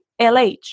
LH